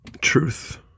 truth